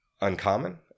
uncommon